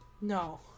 No